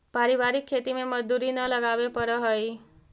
पारिवारिक खेती में मजदूरी न लगावे पड़ऽ हइ